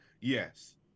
Yes